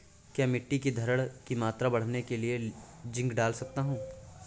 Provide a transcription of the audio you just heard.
क्या मिट्टी की धरण की मात्रा बढ़ाने के लिए जिंक डाल सकता हूँ?